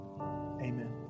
amen